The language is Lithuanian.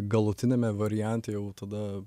galutiniame variante jau tada